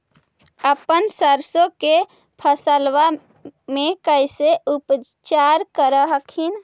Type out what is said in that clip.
अपन सरसो के फसल्बा मे कैसे उपचार कर हखिन?